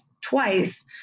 twice